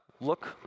look